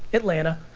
atlanta.